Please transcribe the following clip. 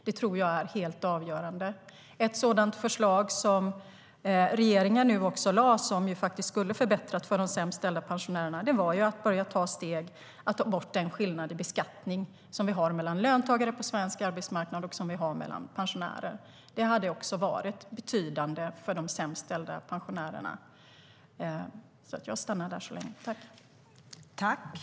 Det tror jag är helt avgörande.